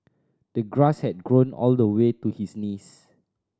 the grass had grown all the way to his knees